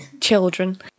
children